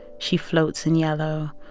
she floats in yellow,